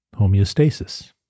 Homeostasis